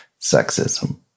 sexism